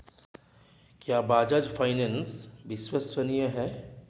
क्या बजाज फाइनेंस विश्वसनीय है?